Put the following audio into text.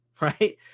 right